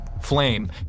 flame